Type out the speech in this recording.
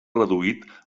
reduït